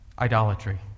idolatry